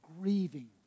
grieving